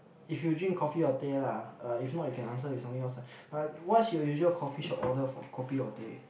if you drink coffee or teh lah eh if not you can answer with something else lah uh what's your usual coffee shop order for kopi or teh